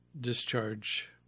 discharge